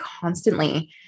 constantly